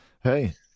Hey